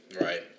right